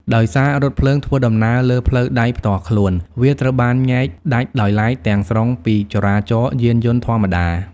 ដោយសាររថភ្លើងធ្វើដំណើរលើ ផ្លូវដែកផ្ទាល់ខ្លួន វាត្រូវបានញែកដាច់ដោយឡែកទាំងស្រុងពីចរាចរណ៍យានយន្តធម្មតា។